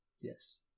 Yes